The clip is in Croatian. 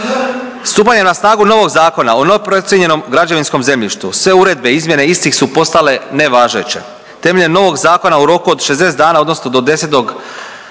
Stupanje na snagu novog zakona o novo procijenjenom građevinskom zemljištu, sve uredbe i izmjene istih su postale nevažeće. Temeljem novog zakona u roku od 60 dana odnosno do 10. srpnja